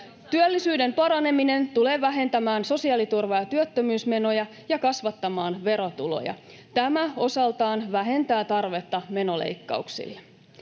Työllisyyden paraneminen tulee vähentämään sosiaaliturva- ja työttömyysmenoja ja kasvattamaan verotuloja. Tämä osaltaan vähentää tarvetta menoleikkauksiin.